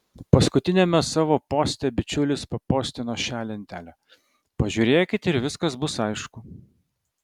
paskutiniame savo poste bičiulis papostino šią lentelę pažiūrėkit ir viskas bus aišku